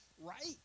right